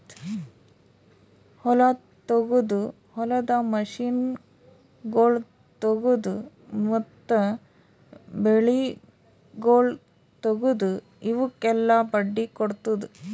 ಹೊಲ ತೊಗೊದು, ಹೊಲದ ಮಷೀನಗೊಳ್ ತೊಗೊದು, ಮತ್ತ ಬೆಳಿಗೊಳ್ ತೊಗೊದು, ಇವುಕ್ ಎಲ್ಲಾ ಬಡ್ಡಿ ಕೊಡ್ತುದ್